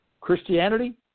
Christianity